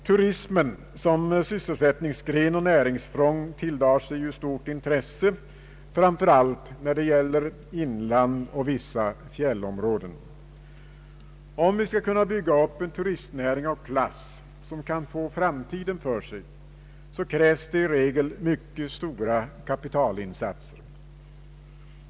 Turismen som sysselsättningsgren och näringsfång tilldrar sig stort intresse, framför allt när det gäller inland och vissa fjällområden. Om vi skall kunna bygga upp en turistnäring av klass som kan få framtiden för Sig, krävs i regel mycket stora kapitalinsatser.